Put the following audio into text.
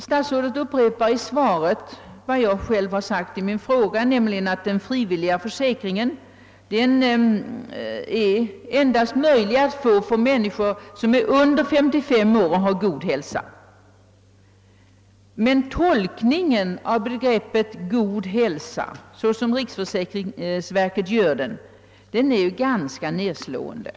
— Statsrådet upprepar i svaret vad jag sagt i min fråga, att den frivilliga försäkringen bara får meddelas den som är under 55 år och har god hälsa. Men den tolkning som riksförsäkringsverket ger begreppet god hälsa är ganska nedslående.